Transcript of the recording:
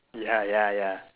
ya ya ya